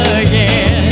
again